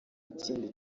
ikindi